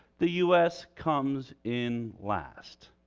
the u s. comes in last.